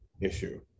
issue